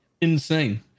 Insane